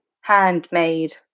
handmade